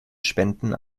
spenden